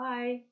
Bye